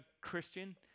Christian